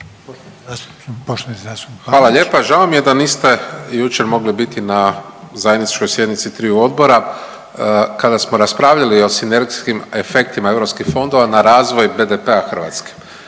Hvala lijepa. Žao mi je da niste i jučer mogli biti na zajedničkoj sjednici triju odbora kada smo raspravljali o sinergijskim efektima europskih fondova na razvoj BDP-a Hrvatske.